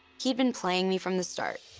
he'd been playing me from the start.